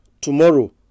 Tomorrow